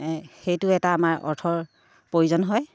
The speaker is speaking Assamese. এই সেইটো এটা আমাৰ অৰ্থৰ প্ৰয়োজন হয়